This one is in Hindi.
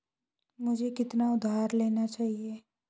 मुझे कितना उधार लेना चाहिए?